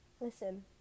Listen